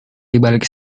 dibalik